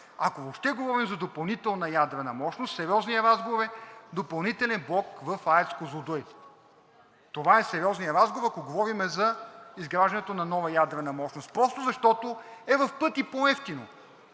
ако въобще говорим за допълнителна ядрена мощност, сериозният разговор е допълнителен блок в АЕЦ „Козлодуй“. Това е сериозният разговор, ако говорим за изграждането на нова ядрена мощност, просто защото е в пъти по-евтино.